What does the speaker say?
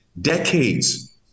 decades